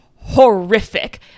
horrific